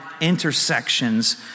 intersections